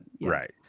Right